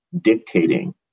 dictating